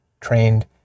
trained